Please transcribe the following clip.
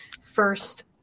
first